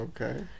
okay